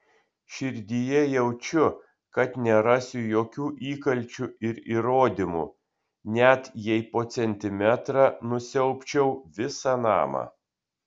širdyje jaučiu kad nerasiu jokių įkalčių ir įrodymų net jei po centimetrą nusiaubčiau visą namą